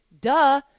duh